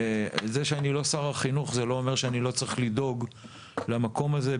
וזה שאני לא שר החינוך זה לא אומר שאני לא צריך לדאוג למקום הזה,